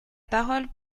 parole